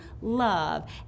love